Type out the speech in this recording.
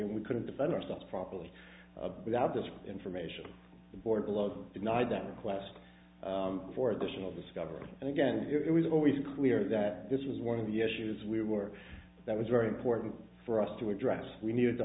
and we couldn't defend ourselves properly without this information the board below denied that request for additional discovery and again it was always clear that this was one of the issues we were that was very important for us to address we needed to